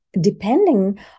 depending